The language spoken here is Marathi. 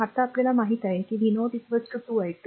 आता आपल्याला माहित आहे की v0 2 i2